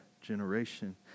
generation